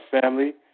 family